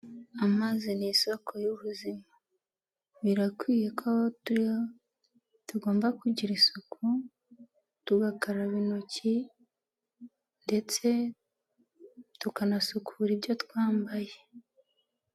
Amazi ni isoko y'ubuzima, birakwiye ko tugomba kugira isuku, tugakaraba intoki ndetse tukanasukura ibyo twambaye.